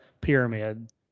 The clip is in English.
pyramid